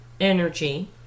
energy